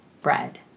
bread